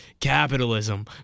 capitalism